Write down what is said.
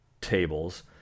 tables